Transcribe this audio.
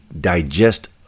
digest